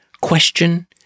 question